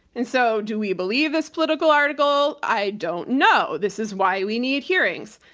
and so, do we believe this politico article? i don't know. this is why we need hearings.